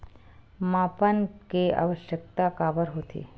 मापन के आवश्कता काबर होथे?